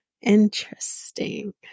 Interesting